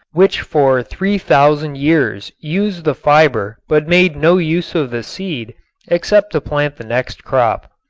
which for three thousand years used the fiber but made no use of the seed except to plant the next crop.